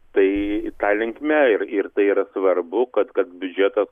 tai ta linkme ir ir tai yra svarbu kad kad biudžetas